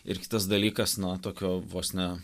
ir kitas dalykas na tokio vos ne